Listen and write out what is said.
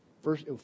first